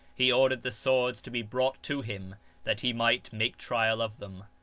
he ordered the swords to be brought to him that he might make trial of them.